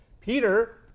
Peter